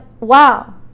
wow